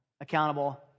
accountable